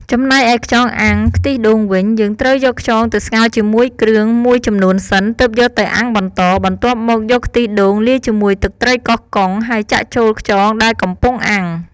ចំណែកឯខ្យងអាំងខ្ទិះដូងវិញ យើងត្រូវយកខ្យងទៅស្ងោរជាមួយគ្រឿងមួយចំនួនសិន ទើបយកទៅអាំងបន្ត បន្ទាប់មកយកខ្ទិះដូងលាយជាមួយទឹកត្រីកោះកុង ហើយចាក់ចូលខ្យងដែលកំពុងអាំង។